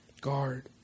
guard